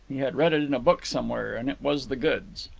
he had read it in a book somewhere, and it was the goods.